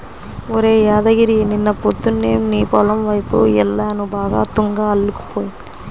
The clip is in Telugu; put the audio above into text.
ఒరేయ్ యాదగిరి నిన్న మద్దేన్నం నీ పొలం వైపు యెల్లాను బాగా తుంగ అల్లుకుపోయింది